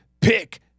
Pick